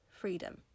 freedom